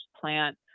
plant